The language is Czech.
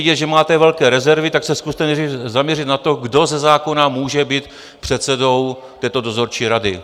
Je vidět, že máte velké rezervy, tak se zkuste zaměřit na to, kdo ze zákona může být předsedou této dozorčí rady.